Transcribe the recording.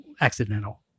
accidental